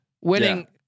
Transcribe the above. winning